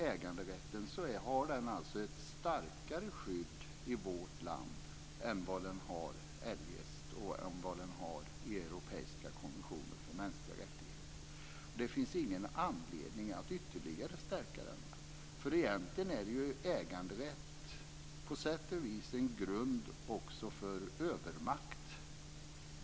Äganderätten har ett starkare skydd i vårt land än vad den har eljest och i den europeiska konventionen för mänskliga rättigheter. Det finns ingen anledning att ytterligare stärka den, för egentligen är äganderätt på sätt och vis också en grund för övermakt.